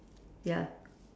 ya